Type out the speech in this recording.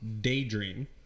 daydream